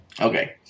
Okay